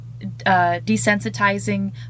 desensitizing